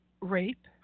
rape